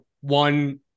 one